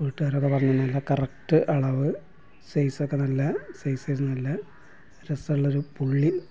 വീട്ടുകാരൊക്കെ പറഞ്ഞിനു നല്ല കറക്റ്റ് അളവ് സൈസ്ക്ക നല്ല സൈസ് നല്ല രസമുള്ള ഒരു പുള്ളി